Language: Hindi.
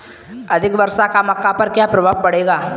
अधिक वर्षा का मक्का पर क्या प्रभाव पड़ेगा?